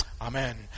Amen